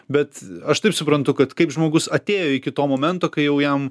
bet aš taip suprantu kad kaip žmogus atėjo iki to momento kai jau jam